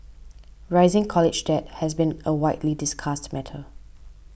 rising college debt has been a widely discussed matter